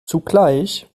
zugleich